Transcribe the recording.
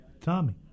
Tommy